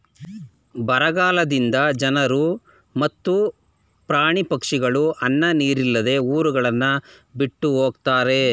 ಬರಗಾಲದಿಂದ ಜನರು ಮತ್ತು ಪ್ರಾಣಿ ಪಕ್ಷಿಗಳು ಅನ್ನ ನೀರಿಲ್ಲದೆ ಊರುಗಳನ್ನು ಬಿಟ್ಟು ಹೊಗತ್ತರೆ